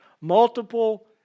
Multiple